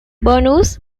bonus